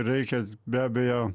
reikia be abejo